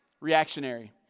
Reactionary